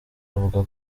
bavuga